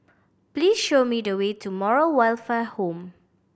please show me the way to Moral Welfare Home